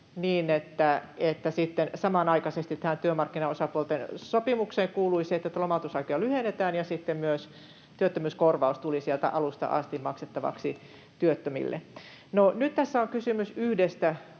sitten samanaikaisesti tähän työmarkkinaosapuolten sopimukseen kuului se, että lomautusaikoja lyhennetään, ja myös työttömyyskorvaus tuli sieltä alusta asti maksettavaksi työttömille. No, nyt tässä on kysymys yhdestä